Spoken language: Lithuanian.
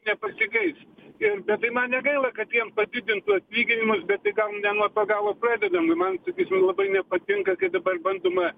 nepasikeis ir bet tai man negaila kad jiem padidintų atlyginimus bet tai gal ne nuo to galo pradedam man labai nepatinka kai dabar bandoma